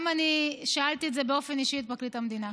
גם אני שאלתי את זה באופן אישי את פרקליט המדינה.